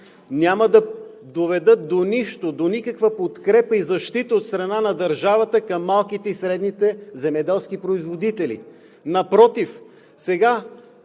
няма да доведат до нищо, до никаква подкрепа и защита от страна на държавата към малките и средните земеделски производители.